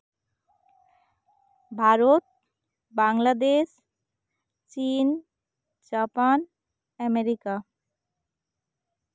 ᱵᱷᱟᱨᱚᱛ ᱵᱟᱝᱞᱟᱫᱮᱥ ᱪᱤᱱ Japan America